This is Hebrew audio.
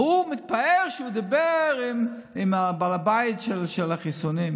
והוא מתפאר שהוא דיבר עם בעל הבית של החיסונים.